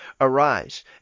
Arise